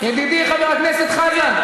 ידידי חבר הכנסת חזן,